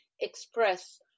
express